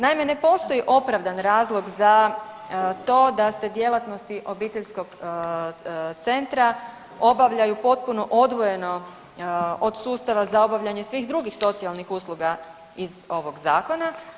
Naime, ne postoji opravdan razlog za to da se djelatnosti obiteljskog centra obavljaju potpuno odvojeno od sustava za obavljanje svih drugih socijalnih usluga iz ovog zakona.